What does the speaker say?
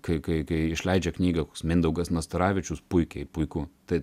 kai kai išleidžia knygą koks mindaugas nastaravičius puikiai puiku tai